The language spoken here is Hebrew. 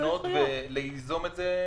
לפנות וליזום את זה.